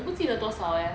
我不记得多少 eh